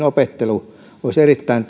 opettelu olisi erittäin